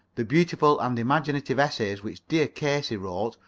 the beautiful and imaginative essays which dear casey wrote,